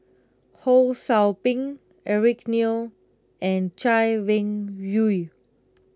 Ho Sou Ping Eric Neo and Chay Weng Yew